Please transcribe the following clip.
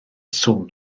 swm